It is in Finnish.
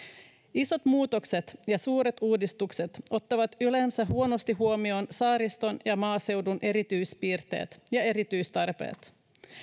isot muutokset ja suuret uudistukset ottavat yleensä huonosti huomioon saariston ja maaseudun erityispiirteet ja erityistarpeet